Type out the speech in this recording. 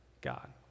God